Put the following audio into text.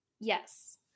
Yes